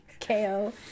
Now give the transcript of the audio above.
KO